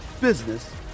business